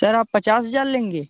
sir आप पचास हज़ार लेंगे